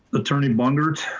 attorney bungert,